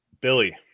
Billy